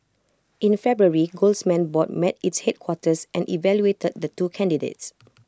in February golds man's board met its headquarters and evaluated the two candidates